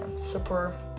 super